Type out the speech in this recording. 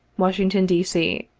washington, d. c.